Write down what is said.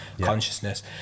consciousness